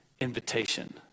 invitation